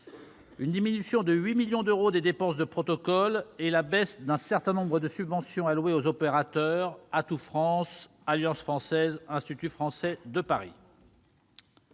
une diminution de 8 millions d'euros des dépenses de protocole et à la baisse d'un certain nombre de subventions allouées aux opérateurs : Atout France, alliances françaises, Institut français de Paris.